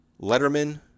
Letterman